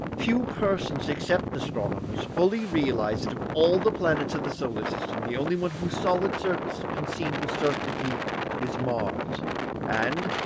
few persons except astronomers fully realise that of all the planets of the solar system the only one whose solid surface has been seen with certainty is mars and,